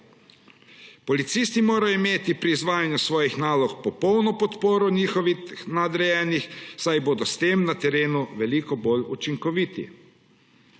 Policisti morajo imeti pri izvajanju svojih nalog popolno podporo svojih nadrejenih, saj bodo s tem na terenu veliko bolj učinkoviti.